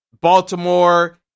Baltimore